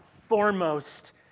foremost